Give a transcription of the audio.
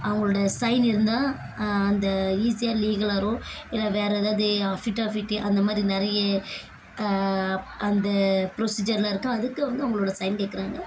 அவங்களோடைய சைன் இருந்தால் அந்த ஈஸியாக லீகல் ஆயிடும் இல்ல வேற எதாவது அஃபிட்டாபிட்டி அந்த மாதிரி நிறைய அந்த ப்ரொசிஜர்லாம் இருக்குது அதுக்கு வந்து அவங்களோட சைன் கேட்குறாங்க